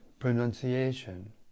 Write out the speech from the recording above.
Pronunciation